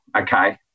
okay